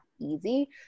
easy